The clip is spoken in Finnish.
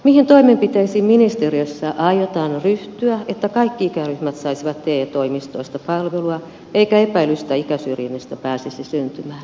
mihin toimenpiteisiin ministeriössä aiotaan ryhtyä että kaikki ikäryhmät saisivat teetoimistoista palvelua eikä epäilystä ikäsyrjinnästä pääsisi syntymään